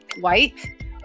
white